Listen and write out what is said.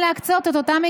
מה יישאר?